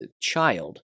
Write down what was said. child